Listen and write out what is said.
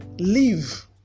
leave